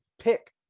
pick